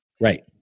Right